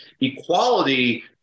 equality